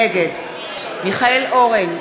נגד מיכאל אורן,